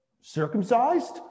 Circumcised